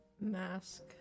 mask